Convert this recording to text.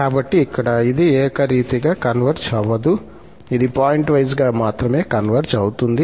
కాబట్టి ఇక్కడ ఇది ఏకరీతిగా కన్వర్జ్ అవ్వదు ఇది పాయింట్వైస్గా మాత్రమే కన్వర్జ్ అవుతుంది